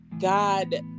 god